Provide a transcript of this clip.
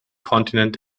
kontinent